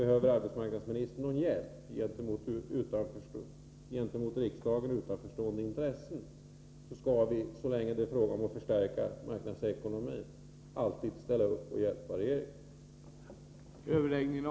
Behöver arbetsmarknadsministern någon hjälp gentemot och interpella riksdagen utanförstående intressen skall vi, så länge det är fråga om att tioner, m.m. förstärka marknadsekonomin, alltid ställa upp och hjälpa regeringen.